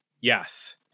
Yes